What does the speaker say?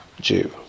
Jew